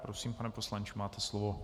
Prosím, pane poslanče, máte slovo.